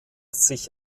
sich